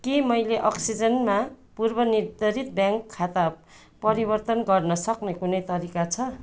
के मैले अक्सिजनमा पूर्वनिर्धारित ब्याङ्क खाता परिवर्तन गर्न सक्ने कुनै तरिका छ